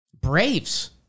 Braves